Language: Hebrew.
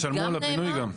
ותשלמו על הפינוי גם.